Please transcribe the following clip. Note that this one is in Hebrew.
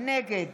נגד